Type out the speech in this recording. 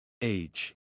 Age